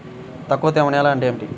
తక్కువ తేమ నేల అంటే ఏమిటి?